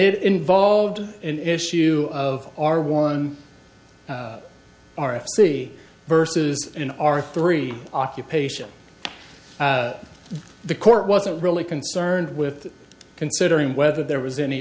it involved in issue of our one r f c versus in our three occupation the court wasn't really concerned with considering whether there was any